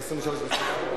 23 זה,